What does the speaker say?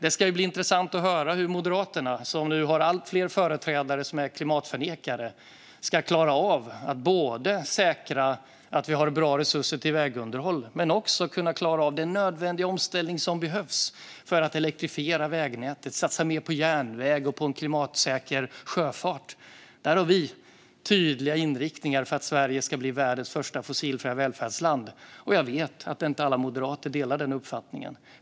Det ska bli intressant att höra hur Moderaterna, som nu har allt fler företrädare som är klimatförnekare, ska klara av att både säkra att vi har bra resurser till vägunderhåll och klara av den nödvändiga omställning som behövs för att elektrifiera vägnätet och satsa mer på järnväg och en klimatsäker sjöfart. Där har vi tydliga inriktningar för att Sverige ska bli världens första fossilfria välfärdsland. Jag vet att inte alla moderater delar den uppfattningen.